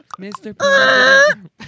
Mr